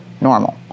normal